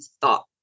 thought